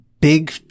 big